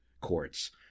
courts